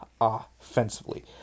offensively